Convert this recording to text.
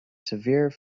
severe